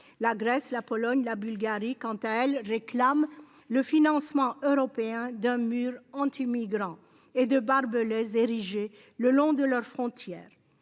La Grèce, la Pologne, la Bulgarie, quant à elle réclame le financement européen d'un mur anti-migrants et de barbelés érigée le long de leur frontière